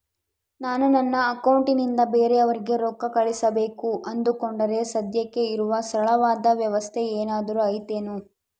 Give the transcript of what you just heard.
ನಾನು ನನ್ನ ಅಕೌಂಟನಿಂದ ಬೇರೆಯವರಿಗೆ ರೊಕ್ಕ ಕಳುಸಬೇಕು ಅಂದುಕೊಂಡರೆ ಸದ್ಯಕ್ಕೆ ಇರುವ ಸರಳವಾದ ವ್ಯವಸ್ಥೆ ಏನಾದರೂ ಐತೇನು?